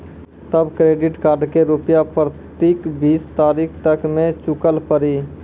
तब credit card के रूपिया प्रतीक बीस तारीख तक मे चुकल पड़ी?